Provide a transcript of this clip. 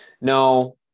no